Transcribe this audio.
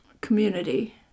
community